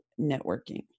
networking